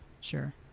Sure